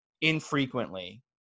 infrequently